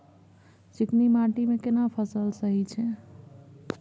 चिकनी माटी मे केना फसल सही छै?